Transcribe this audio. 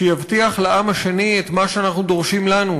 שיבטיח לעם השני את מה שאנחנו דורשים לנו,